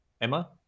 Emma